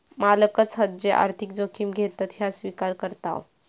मालकच हत जे आर्थिक जोखिम घेतत ह्या स्विकार करताव